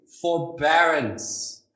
forbearance